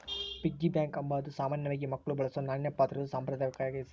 piggy bank ಅಂಬಾದು ಸಾಮಾನ್ಯವಾಗಿ ಮಕ್ಳು ಬಳಸೋ ನಾಣ್ಯ ಪಾತ್ರೆದು ಸಾಂಪ್ರದಾಯಿಕ ಹೆಸುರು